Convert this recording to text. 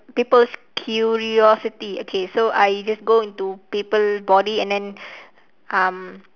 people's curiosity okay so I just go into people body and then um